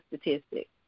statistics